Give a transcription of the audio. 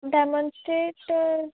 demonstrate